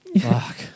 fuck